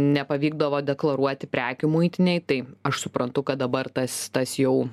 nepavykdavo deklaruoti prekių muitinėj tai aš suprantu kad dabar tas tas jau